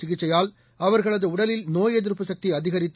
சிகிச்சையால் அவர்களதுஉடலில் நோய் எதிர்ப்பு சக்திஅதிகரித்து